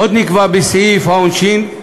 עוד נקבע בסעיף העונשין,